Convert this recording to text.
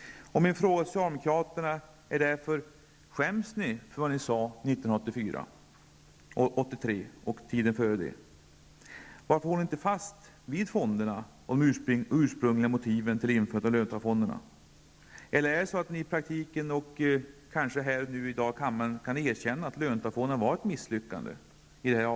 Min fråga till socialdemokraterna är därför: Skäms ni för vad ni sade 1983 och 1984 samt dessförinnan? Varför håller ni i er motion inte fast vid de ursprungliga motiven till införandet av löntagarfonder? Eller kan ni kanske här i kammaren erkänna att löntagarfonderna var ett misslyckande?